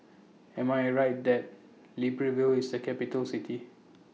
Am I Right that Libreville IS A Capital City